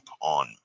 on